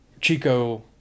Chico